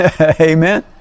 Amen